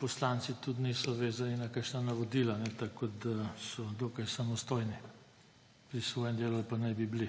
Poslanci tudi niso vezani na kakšna navodila, tako da so dokaj samostojni pri svojem delu ali pa naj bi bili.